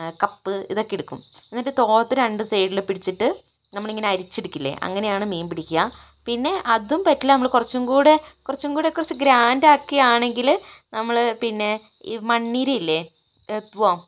പിന്നെ കപ്പ് ഇതൊക്കെ എടുക്കും എന്നിട്ട് തോർത്ത് രണ്ട് സൈഡിലും പിടിച്ചിട്ട് നമ്മൾ ഇങ്ങനെ അരിച്ചെടുക്കില്ലേ അങ്ങനെയാണ് മീൻ പിടിക്കുക പിന്നെ അതും പറ്റില്ല നമ്മൾ കുറച്ച് കൂടെ കുറച്ചു കൂടെ ഗ്രാൻഡ് ആക്കിയാണെങ്കില് നമ്മള് പിന്നെ ഈ മണ്ണിരയില്ലെ എർത്ത് വാം